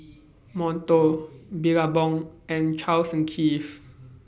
Monto Billabong and Charles and Keith